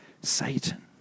Satan